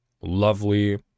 lovely